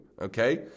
okay